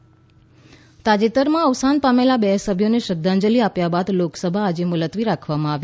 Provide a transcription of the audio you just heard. સંસદ બેઠક તાજેતરના અવસાન પામેલા બે સભ્યોને શ્રદ્ધાંજલિ આપ્યા બાદ લોકસભા આજે મુલતવી રાખવામાં આવી